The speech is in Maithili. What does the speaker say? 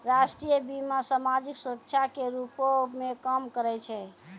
राष्ट्रीय बीमा, समाजिक सुरक्षा के रूपो मे काम करै छै